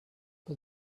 but